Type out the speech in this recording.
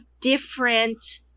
different